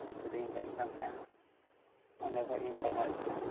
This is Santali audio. ᱦᱳᱥᱴᱮᱞ ᱨᱮᱜᱮᱧ ᱛᱟᱦᱮᱱ ᱠᱟᱱ ᱛᱟᱦᱮᱱᱟ ᱚᱸᱰᱮ ᱠᱷᱚᱱ ᱜᱮᱧ ᱯᱟᱲᱦᱟᱣ ᱮᱫ ᱛᱟᱦᱮᱱᱟ